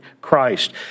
Christ